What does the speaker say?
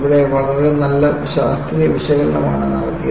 ഇവിടെ വളരെ നല്ല ശാസ്ത്രീയ വിശകലനമാണ് നടത്തിയത്